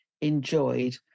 enjoyed